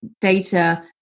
data